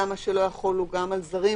למה שלא יחולו גם על זרים,